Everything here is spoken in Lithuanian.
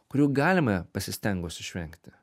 kurių galima pasistengus išvengti